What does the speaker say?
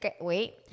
Wait